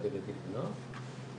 בוודאי בילדים ונוער.